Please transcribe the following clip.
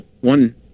one